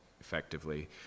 effectively